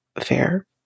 Fair